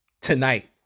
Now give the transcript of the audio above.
tonight